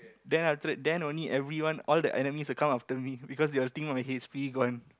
then after that then only everyone all the enemies will come after me because they'll think my h_p gone